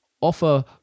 offer